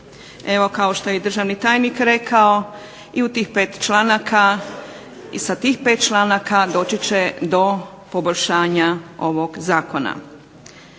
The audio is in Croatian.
Evo kao što je i državni tajnik rekao i u tih 5 članaka i sa tih 5 članaka doći će do poboljšanja ovog zakona.